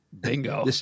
Bingo